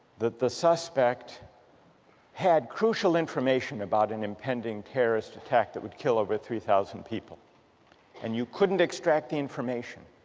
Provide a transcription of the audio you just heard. that the suspect had crucial information about an impending terrorist attack that would kill over three thousand people and you couldn't extract the information